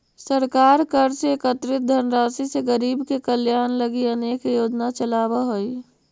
सरकार कर से एकत्रित धनराशि से गरीब के कल्याण लगी अनेक योजना चलावऽ हई